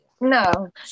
No